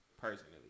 Personally